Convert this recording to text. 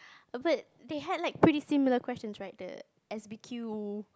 but they had like pretty similar questions right the S_B_Q